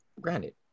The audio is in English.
Granted